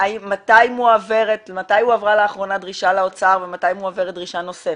מתי הועברה לאחרונה דרישה לאוצר ומתי מועברת דרישה נוספת,